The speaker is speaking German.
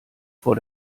vor